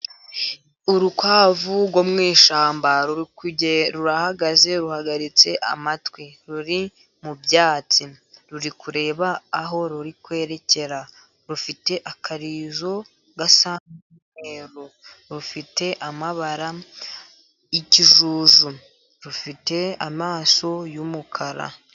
Urukwavu rwo mu ishyamba rurahagaze, ruhagaritse amatwi. Ruri mubyatsi, ruri kureba aho ruri kwerekera. Rufite akarizo gasa n'umweru, rufite amabara y'ikijuju, rufite amaso y'umukara.